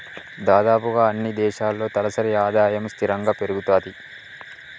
దాదాపుగా అన్నీ దేశాల్లో తలసరి ఆదాయము స్థిరంగా పెరుగుతది